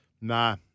nah